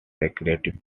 secretive